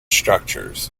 structures